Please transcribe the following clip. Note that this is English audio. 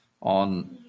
on